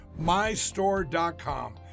mystore.com